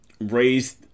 raised